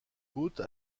côte